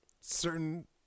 certain